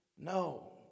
No